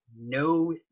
no